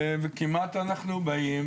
וכמעט אנחנו באים